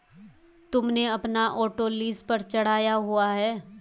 तुमने अपना auto lease पर चढ़ाया हुआ है?